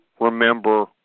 remember